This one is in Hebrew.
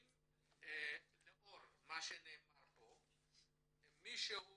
לאור מה שנאמר כאן, מישהו